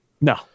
No